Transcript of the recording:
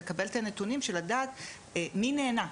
לקבל את הנתונים בשביל לדעת מי נהנה.